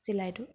চিলাইটো